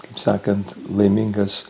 kaip sakant laimingas